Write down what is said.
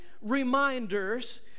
Reminders